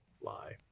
lie